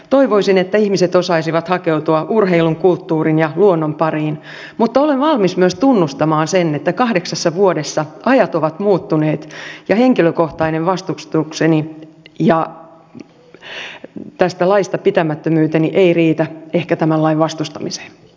toivoisin että ihmiset osaisivat hakeutua urheilun kulttuurin ja luonnon pariin mutta olen valmis myös tunnustamaan sen että kahdeksassa vuodessa ajat ovat muuttuneet ja henkilökohtainen vastustukseni ja tästä laista pitämättömyyteni eivät ehkä riitä tämän lain vastustamiseen